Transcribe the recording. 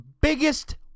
Biggest